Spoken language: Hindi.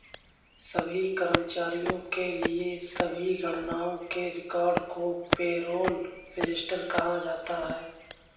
सभी कर्मचारियों के लिए सभी गणनाओं के रिकॉर्ड को पेरोल रजिस्टर कहा जाता है